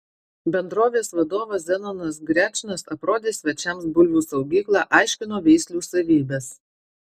bendrovės vadovas zenonas grečnas aprodė svečiams bulvių saugyklą aiškino veislių savybes